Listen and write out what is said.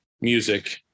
music